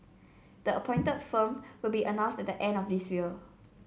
the appointed firm will be announced at the end of this year